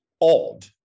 odd